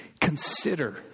consider